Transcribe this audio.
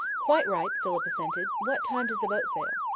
quite right, philip assented. what time does the boat sail?